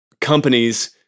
companies